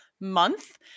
month